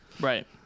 Right